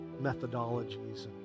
methodologies